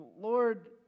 Lord